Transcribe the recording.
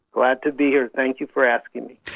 glad to be here, thank you for asking me.